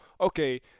Okay